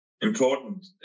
important